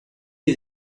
you